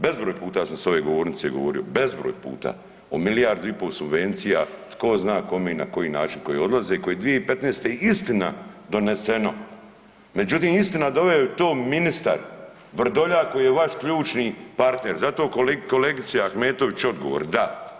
Bezbroj puta sam s ove govornice govorio, bezbroj puta, o milijardu i po subvencija, tko zna kome i na koji način i koji odlaze, koji 2015. istina doneseno, međutim, istina, doveo je to ministar Vrdoljak koji je vaš ključni partner, zato kolegice Ahmetović, odgovor, da.